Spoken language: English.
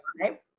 Right